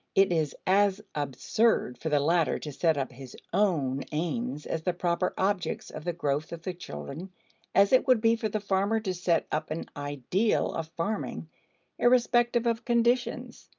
it is as absurd for the latter to set up his own aims as the proper objects of the growth of the children as it would be for the farmer to set up an ideal of farming irrespective of conditions.